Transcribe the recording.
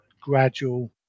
gradual